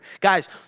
Guys